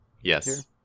Yes